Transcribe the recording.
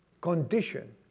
condition